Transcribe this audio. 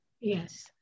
Yes